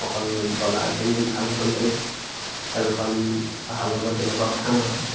অকল বলাৰখিনি ভাল হ'লেই খেলখন ভাল হ'ব তেনেকুৱা কথা নহয়